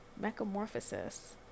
Mechamorphosis